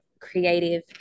creative